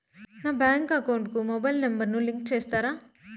నా bank account కు mobile number ను లింకు చేస్తారా?